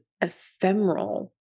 ephemeral